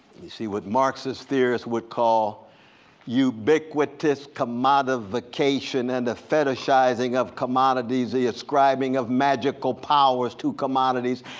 you see, what marxist theorists would call ubiquitous commodification and the fetishizing of commodities, the ascribing of magical powers to commodities,